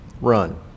Run